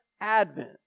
advent